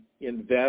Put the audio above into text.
invest